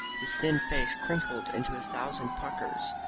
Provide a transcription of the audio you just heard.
his thin face crinkled into a thousand puckers,